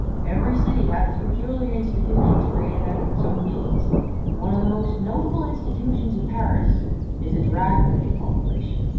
every city has its peculiar institutions created out of its own needs and one of the most notable institutions of paris is its rag-picking population.